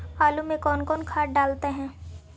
आलू में कौन कौन खाद डालते हैं?